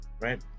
right